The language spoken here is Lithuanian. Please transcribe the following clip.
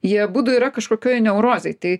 jie abudu yra kažkokioj neurozėj tai